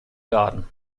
garden